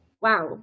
wow